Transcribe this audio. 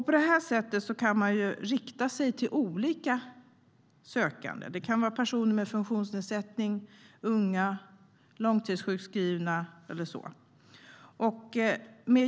På det sättet kan man rikta sig till olika sökande. Det kan vara personer med funktionsnedsättning, unga, långtidssjukskrivna och så vidare.